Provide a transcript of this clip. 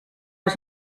out